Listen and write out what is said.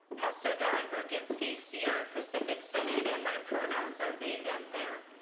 pastor dawn roginski, sierra pacific synod and my pronouns are they, them, their.